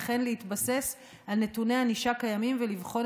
וכן להתבסס על נתוני ענישה קיימים ולבחון